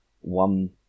one